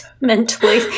mentally